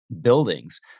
buildings